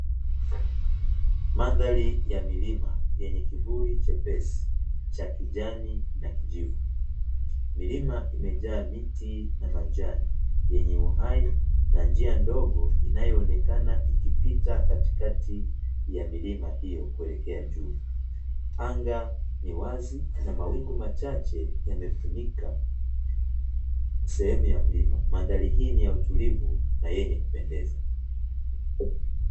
Mandhari ya milima yenye kivuli chepesi cha kijani na kijivu, milima imejaa miti na majani yenye uhai na njia ndogo inayoonekana ikipita katikati ya milima hiyo kuelekea juu, anga ni wazi na mawingu machache yamefunika sehemu ya mlima mandhari hii ni ya utulivu na yenye kupendeza.